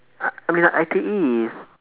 uh I mean I_T_E is